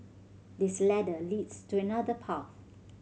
this ladder leads to another path